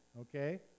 okay